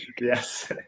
Yes